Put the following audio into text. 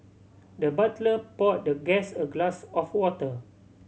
the butler poured the guest a glass of water